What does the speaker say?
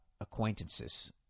acquaintances